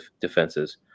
defenses